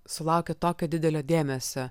sulaukia tokio didelio dėmesio